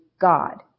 God